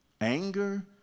Anger